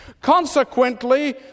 Consequently